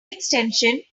extension